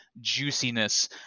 juiciness